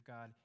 God